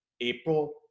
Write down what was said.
April